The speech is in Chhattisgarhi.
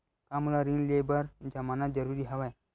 का मोला ऋण ले बर जमानत जरूरी हवय?